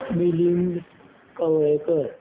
Milind Kavlekar